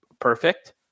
perfect